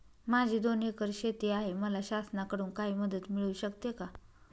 माझी दोन एकर शेती आहे, मला शासनाकडून काही मदत मिळू शकते का?